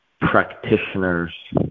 practitioners